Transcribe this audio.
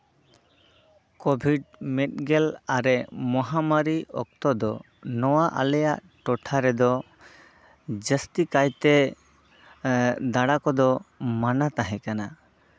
covid ᱢᱤᱫᱜᱮᱞ ᱟᱨᱮ ᱢᱚᱦᱟᱨᱚ ᱚᱠᱛᱚ ᱫᱚ ᱟᱞᱮᱭᱟᱜ ᱴᱚᱴᱷᱟ ᱨᱮᱫᱚ ᱡᱟᱹᱥᱛᱤ ᱠᱟᱭᱛᱮ ᱫᱟᱬᱟ ᱠᱚᱫᱚ ᱢᱟᱱᱟ ᱛᱟᱦᱮᱸ ᱠᱟᱱᱟ